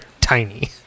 tiny